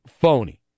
phony